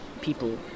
people